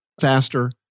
faster